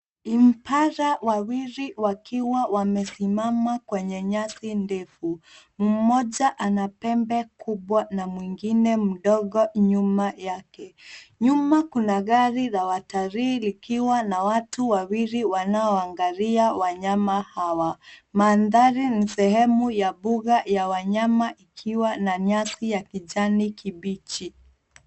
Impala wawili wakiwa wamesimama kwenye nyasi ndefu. Mmoja ana pembe kubwa na mwingine mdogo nyuma yake. Nyuma kuna gari za watalii likiwa na watu wawili wanaoangalia wanyama hawa. Mandhari ni sehemu ya mbuga ya wanyama ikiwa na nyasi ya kijani kibichi.